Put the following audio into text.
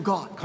God